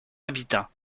habitants